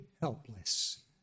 helpless